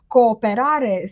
cooperare